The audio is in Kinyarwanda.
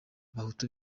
n’abahutu